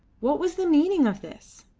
what was the meaning of this?